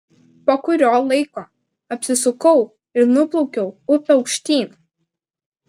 po kurio laiko apsisukau ir nuplaukiau upe aukštyn